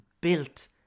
built